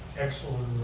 excellent